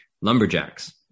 lumberjacks